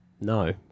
No